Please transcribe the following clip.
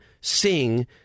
sing